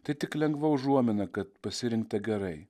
tai tik lengva užuomina kad pasirinkta gerai